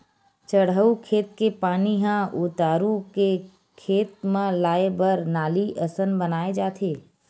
चड़हउ खेत के पानी ह उतारू के खेत म लाए बर नाली असन बनाए जाथे